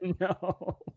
no